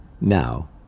Now